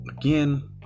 again